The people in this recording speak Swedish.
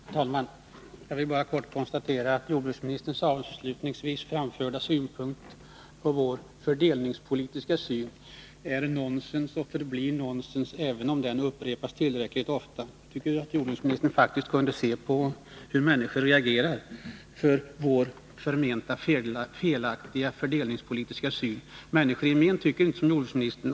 Herr talman! Jag vill bara helt kort konstatera att jordbruksministerns avslutningsvis framförda synpunkt på vår fördelningspolitiska uppfattning är nonsens och förblir nonsens, även om den upprepas ofta. Jag tycker faktiskt att jordbruksministern kunde se på hur människor reagerar på vår förment felaktiga fördelningspolitiska uppfattning. Människor i gemen tycker inte som jordbruksministern.